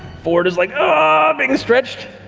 fjord is like ah being stretched,